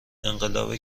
انقلاب